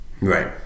right